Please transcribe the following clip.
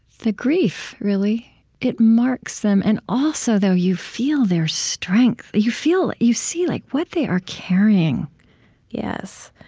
the grief, really it marks them. and also, though, you feel their strength. you feel you see like what they are carrying yes.